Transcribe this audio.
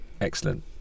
Excellent